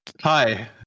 Hi